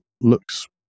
looks